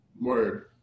Word